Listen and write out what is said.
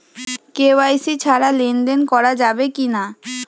KYC ছাড়া লেনদেন করা যাবে কিনা?